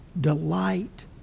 delight